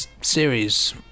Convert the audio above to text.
series